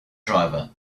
driver